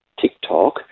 TikTok